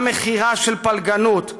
מה מחירה של פלגנות,